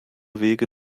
wege